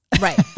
Right